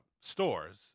stores